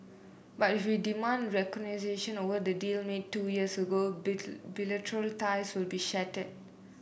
but if we demand over the deal made two years ago bilateral ties will be shattered